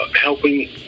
helping